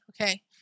okay